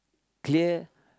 here